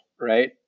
right